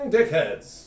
Dickheads